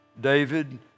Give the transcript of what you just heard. David